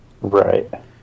right